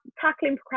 tackling